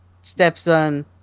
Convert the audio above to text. stepson